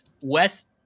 West